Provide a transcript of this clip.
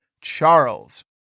Charles